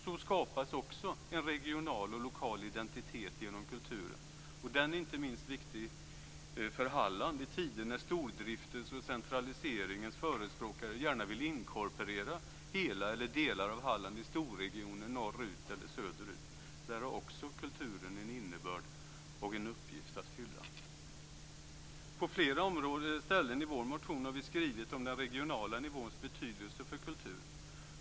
Så skapas också en regional och lokal identitet genom kulturen, och den är inte minst viktig för Halland i tider när stordriftens och centraliseringens förespråkare gärna vill inkorporera hela eller delar av Halland i storregioner norrut eller söderut. Där har också kulturen en innebörd och en uppgift att fylla. På flera ställen i vår motion har vi skrivit om den regionala nivåns betydelse för kulturen.